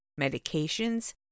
medications